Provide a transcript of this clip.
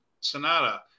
Sonata